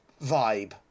vibe